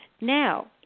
now